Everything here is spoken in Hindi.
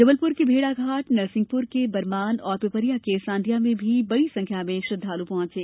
जबलपुर के भेड़ाघाट नरसिंहपुर के बरमान और पिपरिया के साडिया में भी बड़ी संख्या में श्रद्वालु पहुंचे